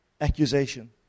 Accusation